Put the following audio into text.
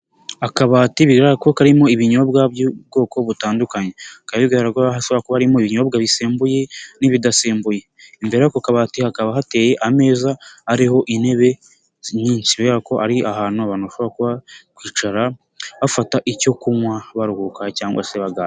Akabati bigaragara ko karimo ibinyobwa by'ubwoko butandukanye, bikaba bigaragara ko hashobora kuba harimo ibinyobwa bisembuye n'ibidasembuye, imbere y'ako kabati hakaba hateye ameza ariho intebe nyinshi, bigaragara ko ari ahantu abantu bashobora kuba, kwicara, bafata icyo kunywa, baruhuka cyangwa se baganira.